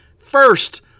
first